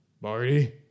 Barty